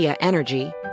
Energy